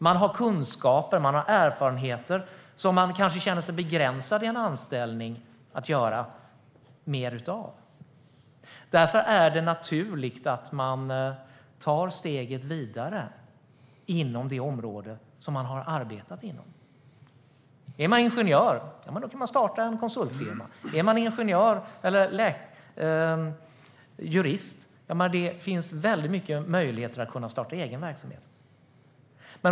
Man har kunskaper och erfarenheter som gör att man kanske känner sig begränsad i en anställning. Därför är det naturligt att man tar steget vidare inom det område där man har arbetat. Är man ingenjör, då kan man starta en konsultfirma. Är man jurist finns det många möjligheter att starta egen verksamhet.